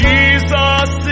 Jesus